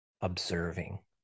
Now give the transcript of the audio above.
observing